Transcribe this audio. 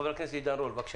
חבר הכנסת עידן רול, בבקשה.